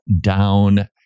down